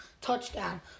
touchdown